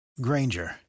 Granger